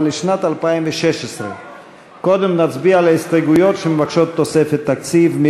אבל לשנת 2016. קודם נצביע על ההסתייגויות שמבקשות תוספת תקציב.